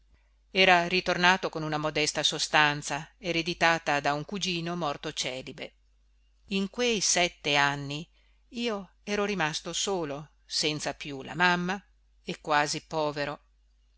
era ritornato con una modesta sostanza ereditata da un cugino morto celibe in quei sette anni io ero rimasto solo senza più la mamma e quasi povero